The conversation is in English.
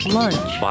Lunch